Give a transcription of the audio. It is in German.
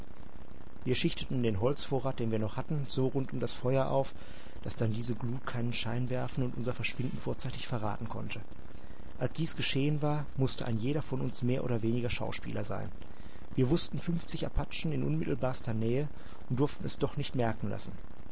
wir schichteten den holzvorrat den wir noch hatten so rund um das feuer auf daß dann diese glut keinen schein werfen und unser verschwinden vorzeitig verraten konnte als dies geschehen war mußte ein jeder von uns mehr oder weniger schauspieler sein wir wußten fünfzig apachen in unmittelbarster nähe und durften es doch nicht merken lassen